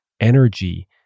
energy